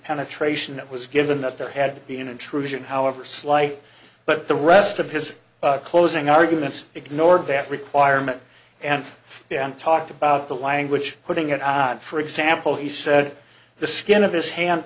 penetration that was given that there had been an intrusion however slight but the rest of his closing arguments ignored that requirement and then talked about the language putting it on for example he said the skin of h